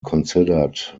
considered